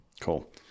cool